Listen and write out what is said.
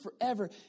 forever